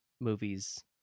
movies